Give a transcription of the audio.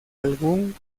algún